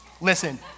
listen